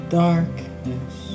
darkness